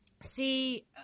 see